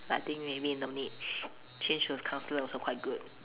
but I think maybe in the mid change to counsellor also quite good